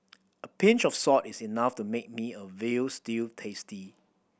a pinch of salt is enough to make a meal veal stew tasty